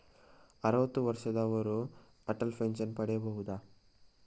ಅರುವತ್ತು ವರ್ಷದವರು ಅಟಲ್ ಪೆನ್ಷನ್ ಪಡೆಯಬಹುದ?